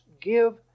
give